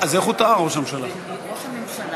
ראש הממשלה